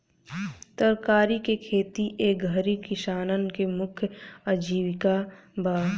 तरकारी के खेती ए घरी किसानन के मुख्य आजीविका बा